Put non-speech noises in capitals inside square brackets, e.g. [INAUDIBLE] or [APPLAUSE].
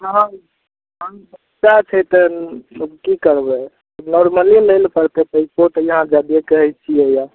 [UNINTELLIGIBLE] सएह छै तऽ की करबय नॉर्मले लए लऽ पड़तय पैसो तऽ इएह जादे कहय छियै